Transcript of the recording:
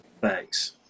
thanks